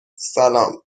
سلام